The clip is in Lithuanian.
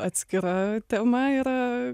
atskira tema yra